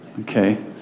okay